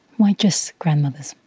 why just grandmothers?